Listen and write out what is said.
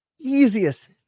easiest